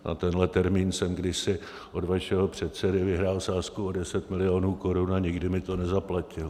Na tenhle termín jsem kdysi od vašeho předsedy vyhrál sázku o deset milionů korun a nikdy mi to nezaplatil.